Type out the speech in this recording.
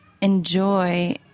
enjoy